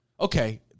Okay